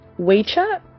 WeChat